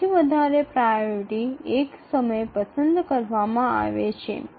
સૌથી વધારે પ્રાયોરિટી એક સમયે પસંદ કરવામાં આવે છે